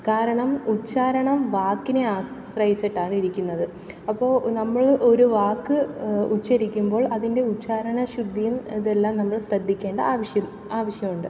കാരണം ഉച്ചാരണം വാക്കിനെ ആശ്രയിച്ചിട്ടാണ് ഇരിക്കുന്നത് അപ്പോള് നമ്മള് ഒരു വാക്ക് ഉച്ചരിക്കുമ്പോൾ അതിൻ്റെ ഉച്ചാരണശുദ്ധിയും ഇതെല്ലാം നമ്മൾ ശ്രദ്ധിക്കേണ്ട അവശ്യമുണ്ട്